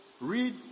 Read